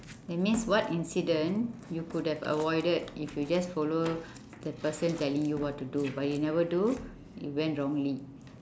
that means what incident you could have avoided if you just follow the person telling you what to do but you never do it went wrongly